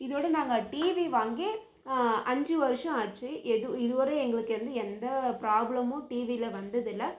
இதோடு நாங்கள் டிவி வாங்கி அஞ்சு வருஷம் ஆச்சு எதுவும் இது வரை எங்களுக்கு வந்து எந்த ப்ராப்ளமும் டிவியில் வந்ததில்லை